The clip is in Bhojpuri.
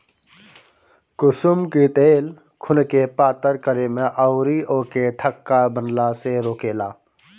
कुसुम के तेल खुनके पातर करे में अउरी ओके थक्का बनला से रोकेला